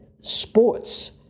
sports